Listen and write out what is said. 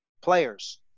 players